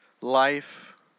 life